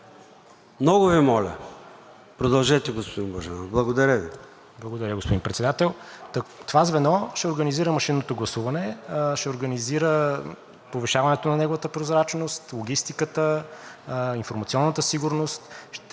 Много Ви моля. Продължете, господин Божанов. Благодаря Ви. БОЖИДАР БОЖАНОВ: Благодаря Ви, господин Председател. Това звено ще организира машинното гласуване, ще организира повишаването на неговата прозрачност, логистиката, информационната сигурност,